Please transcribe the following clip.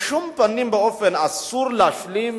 בשום פנים ואופן אסור לה להשלים